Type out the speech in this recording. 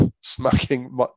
smacking